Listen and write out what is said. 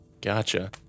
Gotcha